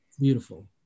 Beautiful